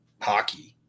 hockey –